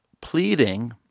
pleading